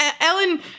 Ellen